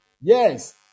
Yes